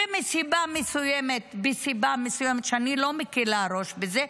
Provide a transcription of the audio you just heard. ומסיבה מסוימת ואני לא מקלה ראש בזה,